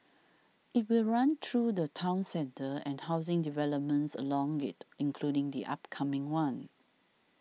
it will run through the town centre and housing developments along it including the upcoming one